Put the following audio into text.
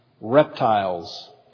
reptiles